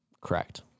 Correct